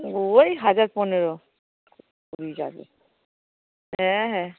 ওই হাজার পনেরো কুড়ি যাবে হ্যাঁ হ্যাঁ